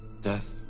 death